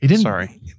Sorry